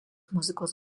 muzikos